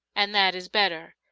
and that is better,